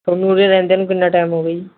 ਤੁਹਾਨੂੰ ਉਰੇ ਰਹਿੰਦਿਆਂ ਨੂੰ ਕਿੰਨਾ ਟਾਈਮ ਹੋ ਗਿਆ ਜੀ